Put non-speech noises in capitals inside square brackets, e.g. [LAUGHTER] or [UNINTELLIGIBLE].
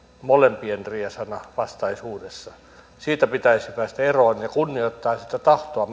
molempien riesana vastaisuudessa siitä pitäisi päästä eroon ja kunnioittaa sitä tahtoa [UNINTELLIGIBLE]